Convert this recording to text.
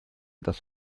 das